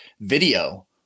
video